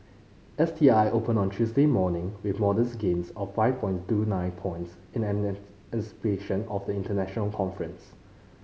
S T I opened on Tuesday morning with modest gains of five point two nine points in of the international conference